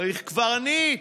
צריך קברניט,